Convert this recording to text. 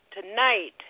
tonight